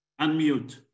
Unmute